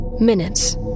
Minutes